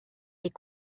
est